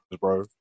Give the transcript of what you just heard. bro